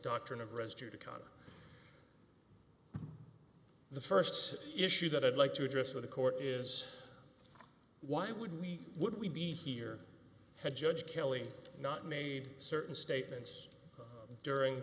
doctrine of rescue to conduct the first issue that i'd like to address to the court is why would we would we be here to judge kelly not made certain statements during